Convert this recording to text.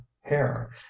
hair